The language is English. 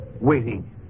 waiting